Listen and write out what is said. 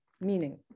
meaning